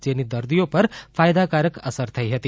જેની દર્દીઓ પર ફાયદાકારક અસર થઇ હતી